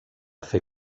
fer